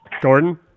Gordon